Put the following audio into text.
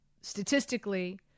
statistically